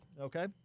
Okay